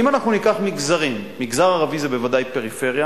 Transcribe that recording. אם ניקח מגזרים, המגזר הערבי זה בוודאי פריפריה